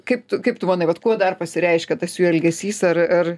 kaip tu kaip tu manai vat kuo dar pasireiškia tas jų elgesys ar ar